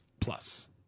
Plus